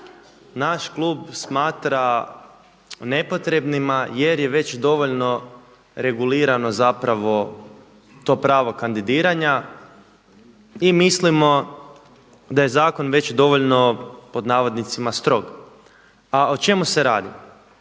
naš klub smatra nepotrebnima jer je već dovoljno regulirano to pravo kandidiranja i mislimo da je zakon već dovoljno „strog“. A o čemu se radi?